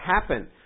happen